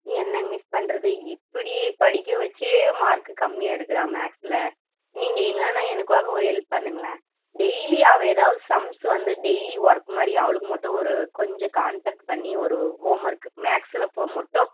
என்னங்க மிஸ் பண்ணுறது இப்படி படிக்க வச்சே மார்க் கம்மியாக எடுக்கிறா மேக்ஸில் நீங்கள் இல்லைன்னா எனக்காக ஒரு ஹெல்ப் பண்ணுங்களேன் டெயிலி அவள் எதாவது சம்ஸ் வந்து டெயிலி ஒர்க் மாதிரி அவளுக்கு மட்டும் ஒரு கொஞ்சம் கான்செக்ட் பண்ணி ஒரு ஹோம் ஒர்க் மேக்ஸில் மட்டும்